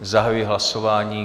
Zahajuji hlasování.